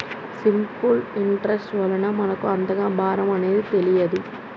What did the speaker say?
simple interest వలన మనకు అంతగా భారం అనేది తెలియదు